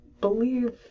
believe